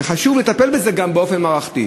וחשוב לטפל בזה גם באופן מערכתי.